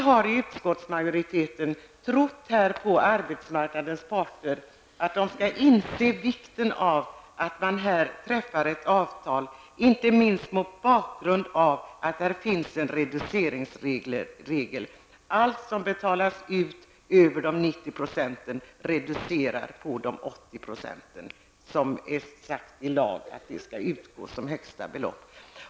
Men utskottsmajoriteten har trott på arbetsmarknadens parter och att de inser vikten av att här träffa ett avtal, inte minst mot bakgrund av att här finns en reduceringsregel: allt som betalas ut över 90 % reducerar de 80 % bidrag som skall utgå enligt lagen.